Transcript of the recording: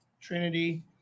Trinity